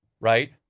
Right